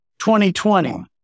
2020